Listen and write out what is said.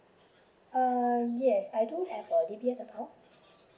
uh yes I do have a D_B_S account